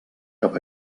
cap